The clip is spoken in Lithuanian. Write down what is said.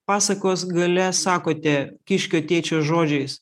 pasakos gale sakote kiškio tėčio žodžiais